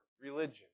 religion